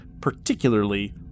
particularly